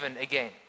again